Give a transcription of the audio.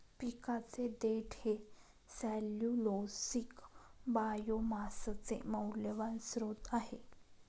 पिकाचे देठ हे सेल्यूलोसिक बायोमासचे मौल्यवान स्त्रोत आहे